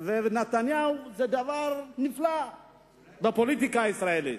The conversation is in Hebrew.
ברק ונתניהו, זה דבר נפלא בפוליטיקה הישראלית.